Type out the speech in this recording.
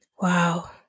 Wow